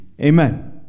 Amen